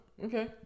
Okay